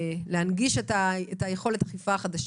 להנגיש את יכולת האכיפה החדשה.